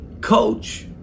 coach